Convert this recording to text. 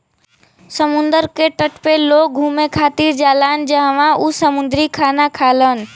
समुंदर के तट पे लोग घुमे खातिर जालान जहवाँ उ समुंदरी खाना खालन